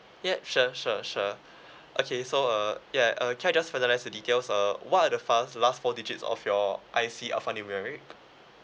yup sure sure sure okay so uh ya uh can I just finalise the details uh what are the fast last four digits of your I_C alphanumeric